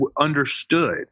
understood